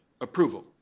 approval